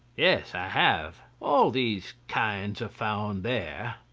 yes, i have. all these kinds are found there.